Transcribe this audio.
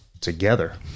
together